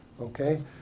Okay